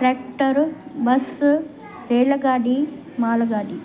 tractor bus रेलगाॾी मालगाॾी